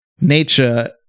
nature